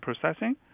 processing